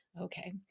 okay